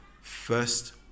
first